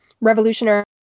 revolutionary